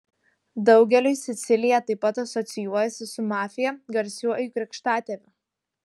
daugeliui sicilija taip pat asocijuojasi su mafija garsiuoju krikštatėviu